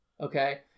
Okay